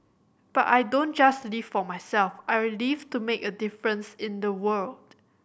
but I don't just live for myself I live to make a difference in the world